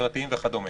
החברתיים וכדומה.